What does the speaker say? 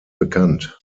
bekannt